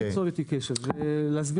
ברשותך, יש לי